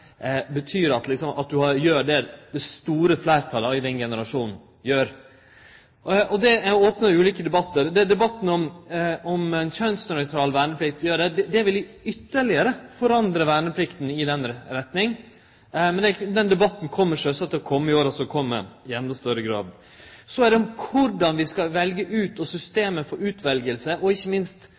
gjer. Dette opnar ulike debattar. Det gjeld debatten om ei kjønnsnøytral verneplikt. Verneplikta vil ytterlegare verte forandra i den retninga, men den debatten kjem sjølvsagt til å kome i åra som kjem i endå større grad. Så gjeld det korleis vi skal velje ut den vernepliktige, og systemet for utveljing – ikkje minst